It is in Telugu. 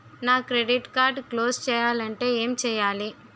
నా క్రెడిట్ కార్డ్ క్లోజ్ చేయాలంటే ఏంటి చేయాలి?